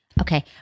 Okay